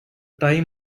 time